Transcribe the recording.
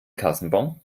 kassenbon